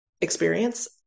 experience